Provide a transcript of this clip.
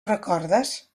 recordes